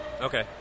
okay